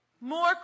more